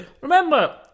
Remember